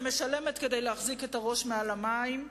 שמשלמת כדי להחזיק את הראש מעל המים.